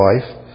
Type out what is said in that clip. life